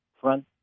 front